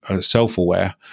self-aware